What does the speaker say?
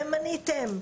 ומניתם,